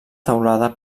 teulada